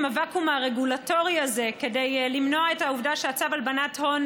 הוואקום הרגולטורי הזה כדי למנוע את זה שצו הלבנת הון,